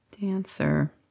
Dancer